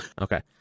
Okay